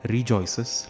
Rejoices